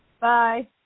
Bye